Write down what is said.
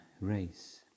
race